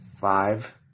five